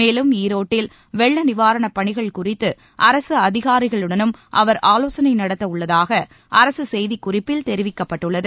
மேலும் ஈரோட்டில் வெள்ள நிவாரணப் பணிகள் குறித்து அரசு அதிகாரிகளுடனும் அவர் ஆலோசனை நடத்த உள்ளதாக அரசு செய்திக்குறிப்பில் தெரிவிக்கப்பட்டுள்ளது